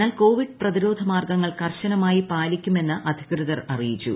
എന്നാൽ കോവിഡ് പ്രതിരോധ മാർഗങ്ങൾ കർശനമായി പാലിക്കുമെന്ന് അധികൃതർ അറിയിച്ചു